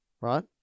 right